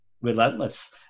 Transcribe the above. relentless